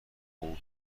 اون